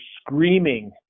screaming